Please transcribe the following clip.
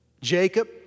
Jacob